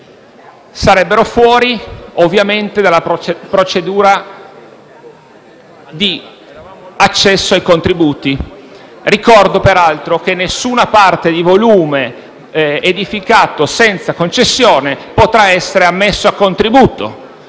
sarebbero fuori dalla procedura di accesso ai contributi. Ricordo, peraltro, che nessuna parte di volume edificato senza concessione potrà essere ammesso a contributo.